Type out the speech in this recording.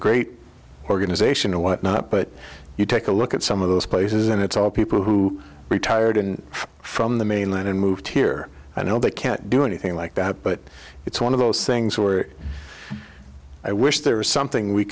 great organization or whatnot but you take a look at some of those places and it's all people who retired in from the mainland and moved here i know they can't do anything like that but it's one of those things where i wish there was something we